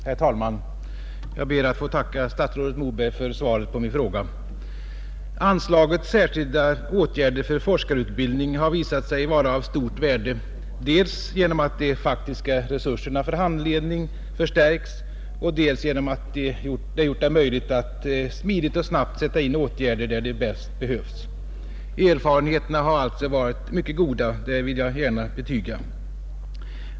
Herr talman! Jag ber att få tacka statsrådet Moberg för svaret på min fråga. Anslaget Särskilda åtgärder för forskarutbildning har visat sig vara av stort värde dels genom att de faktiska resurserna för handledning förstärkts, dels genom att det gjort det möjligt att smidigt och snabbt sätta in åtgärder där de bäst behövs. Att erfarenheterna alltså har varit mycket goda vill jag gärna betyga.